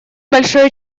большое